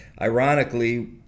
ironically